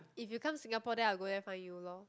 if you come Singapore then I will go there find you lor